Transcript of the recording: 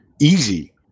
easy